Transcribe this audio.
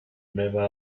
nueva